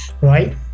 right